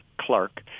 Clark